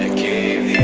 ah cave